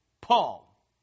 Paul